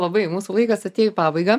labai mūsų laikas atėjo į pabaigą